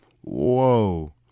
Whoa